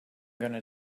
gonna